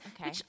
Okay